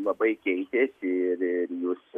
labai keitėsi ir jūs